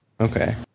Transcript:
Okay